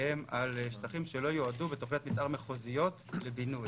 על שטחים שלא יועדו בתוכניות מתאר מחוזיות לבינוי.